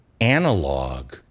analog